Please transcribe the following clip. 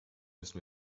müssen